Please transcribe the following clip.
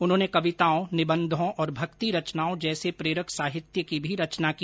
उन्होंने कविताओं निबंधों और मक्ति रचनाओं जैसे प्रेरक साहित्य की भी रचना की